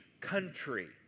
country